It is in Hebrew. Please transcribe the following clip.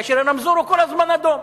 כאשר הרמזור הוא כל הזמן אדום.